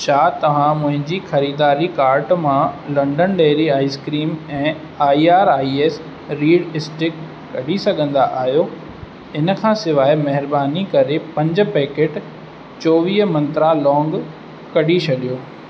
छा तव्हां मुंहिंजी ख़रीदारी कार्ट मां लन्डन डेयरी आइसक्रीम ऐं I R I S reed stick कढी सघंदा आहियो इन खां सवाइ महिरबानी करे पंज पैकेट चोवीह मंत्रा लौंग कढी छॾियो